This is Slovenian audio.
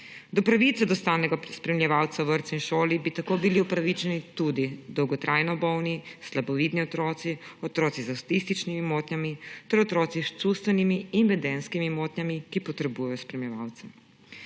Do pravice do stalnega spremljevalca v vrtcu in šoli bi tako bili upravičeni tudi dolgotrajno bolni, slabovidni otroci, otroci z avtističnimi motnjami ter otroci s čustvenimi in vedenjskimi motnjami, ki potrebujejo spremljevalca.